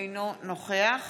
אינו נוכח